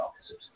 officers